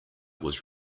was